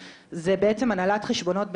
זה בעצם הנהלת חשבונות,